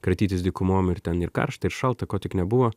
kratytis dykumom ir ten ir karšta ir šalta ko tik nebuvo